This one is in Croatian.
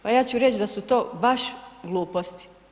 Pa ja ću reći da su to baš gluposti.